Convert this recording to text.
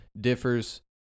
differs